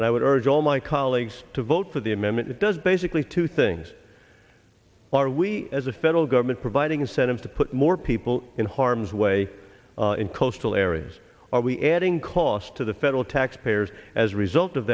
and i would urge all my colleagues to vote for the amendment that does basically two things are we as a federal government providing incentives to put more people in harm's way in coastal areas are we adding cost to the federal taxpayers as a result of